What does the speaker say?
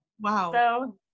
Wow